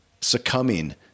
succumbing